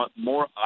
more